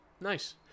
Nice